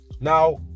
Now